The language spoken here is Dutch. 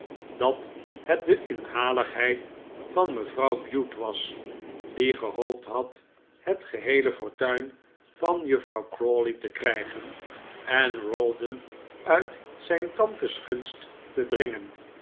dat het de inhaligheid van mevrouw bute was die gehoopt had het geheele fortuin van juffrouw crawley te krijgen en rawdon uit zijn tantes gunst te dringen